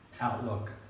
outlook